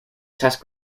test